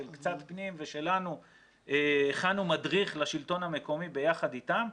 של קצת פנים ושלנו הכנו מדריך לשלטון המקומי ביחד איתם,